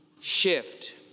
shift